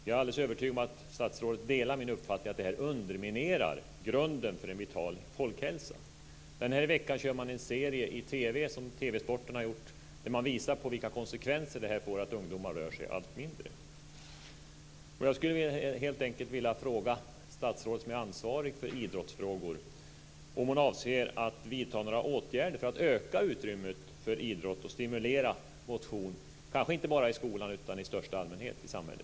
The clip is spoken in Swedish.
Jag är alldeles övertygad om att statsrådet delar min uppfattning om att det här underminerar grunden för en vital folkhälsa. Den här veckan kör man en serie i TV som TV sporten har gjort där man visar på vilka konsekvenser det får att ungdomar rör sig allt mindre.